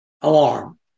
alarm